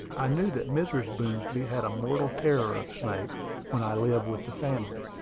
i knew that mrs. boomsby had a mortal terror of snakes when i lived with the family.